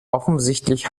offensichtlich